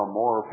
more